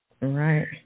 Right